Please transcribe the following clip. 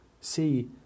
See